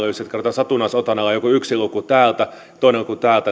satunnaisotannalla joku yksi luku täältä ja toinen luku täältä näin